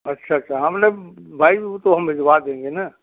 अच्छा अच्छा हाँ मतलब बाई वह तो हम भिजवा देंगे ना